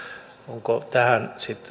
onko tähän sitten